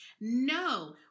No